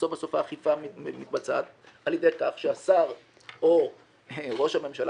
בסוף האכיפה מתבצעת על ידי כך שהשר או ראש הממשלה